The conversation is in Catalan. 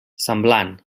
semblant